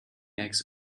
eggs